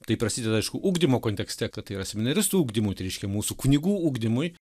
tai prasideda aišku ugdymo kontekste kad tai yra seminaristų ugdymui tai reiškia mūsų kunigų ugdymui